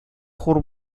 хур